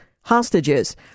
hostages